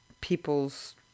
people's